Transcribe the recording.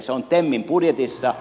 se on temin budjetissa